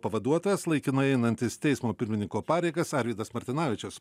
pavaduotojas laikinai einantis teismo pirmininko pareigas arvydas martinavičius